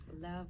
love